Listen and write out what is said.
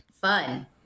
fun